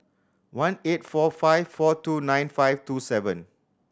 one eight four five four two nine five two seven